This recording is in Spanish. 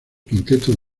quinteto